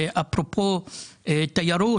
אפרופו תיירות,